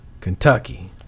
Kentucky